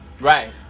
right